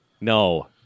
No